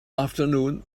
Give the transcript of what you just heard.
afternoon